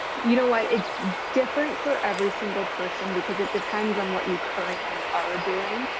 you know what, it's different for every single person, because it depends on what you currently are doing.